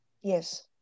Yes